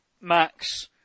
Max